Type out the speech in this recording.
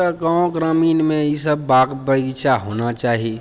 तऽ गाँव ग्रामीणमे ई सब बाग बगीचा होना चाही